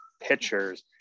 pictures